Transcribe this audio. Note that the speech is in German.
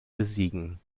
besiegen